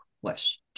question